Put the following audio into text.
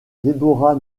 deborah